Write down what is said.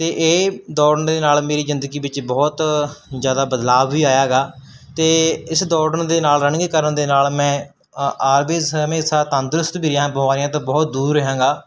ਅਤੇ ਇਹ ਦੌੜਨ ਦੇ ਨਾਲ ਮੇਰੀ ਜ਼ਿੰਦਗੀ ਵਿੱਚ ਬਹੁਤ ਜ਼ਿਆਦਾ ਬਦਲਾਵ ਵੀ ਆਇਆ ਹੈਗਾ ਅਤੇ ਇਸ ਦੌੜਨ ਦੇ ਨਾਲ ਰਨਿੰਗ ਕਰਨ ਦੇ ਨਾਲ ਮੈਂ ਅ ਆਲਵੇਜ਼ ਹਮੇਸ਼ਾ ਤੰਦਰੁਸਤ ਵੀ ਰਿਹਾ ਬਿਮਾਰੀਆਂ ਤੋਂ ਬਹੁਤ ਦੂਰ ਰਿਹਾ ਹੈਗਾ